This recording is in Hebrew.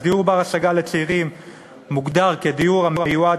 אז דיור בר-השגה לצעירים מוגדר כדיור המיועד